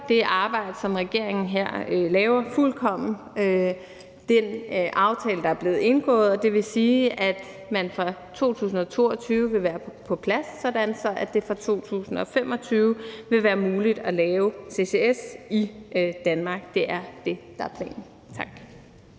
det arbejde, som regeringen laver her, fuldkommen følger den aftale, der er blevet indgået. Det vil sige, at det fra 2022 vil være på plads, sådan at det fra 2025 vil være muligt at lave CCS i Danmark. Det er det, der er planen. Tak.